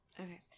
okay